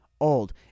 Old